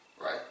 right